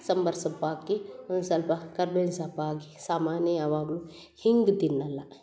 ಸಂಬಾರ್ ಸೊಪ್ಪು ಹಾಕಿ ಒಂದು ಸ್ವಲ್ಪ ಕರ್ಬೇವಿನ ಸೊಪ್ಪು ಹಾಕಿ ಸಾಮಾನ್ಯ ಯಾವಾಗಲೂ ಹಿಂಗೆ ತಿನ್ನಲ್ಲ